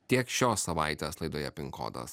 tiek šios savaitės laidoje pin kodas